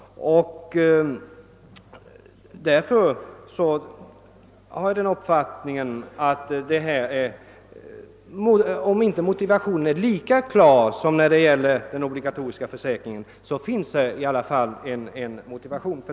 Därför har jag den uppfattningen att det här föreligger en motivation även om den inte är lika klar som när det gäller den obligatoriska försäkringen.